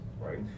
right